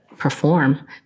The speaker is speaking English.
perform